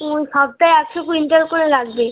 হুম সপ্তায় একশো কুইন্টাল করে লাগবে